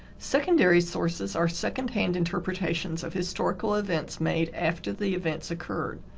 secondary sources are second-hand interpretations of historical events made after the events occurred,